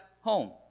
home